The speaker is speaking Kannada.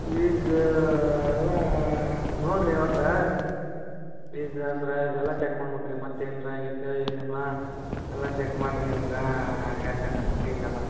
ಪೀಸ್ ಎಲ್ಲ ನೋಡಿರಿ ಒಟ್ಟು ಪೀಸ್ ಅಂದ್ರೆ ಇಲ್ಲೆಲ್ಲ ಚೆಕ್ ಮಾಡ್ಬೇಕು ರೀ ಮತ್ತು ಏನರ ಆಗೈತಾ ಏನಿಲ್ಲ ಎಲ್ಲ ಚೆಕ್ ಮಾಡಿ ನಿಮ್ಗೆ ಹೇಳ್ತೇನೆ ರೀ ನಾ ಪೀಸ್ ಎಲ್ಲ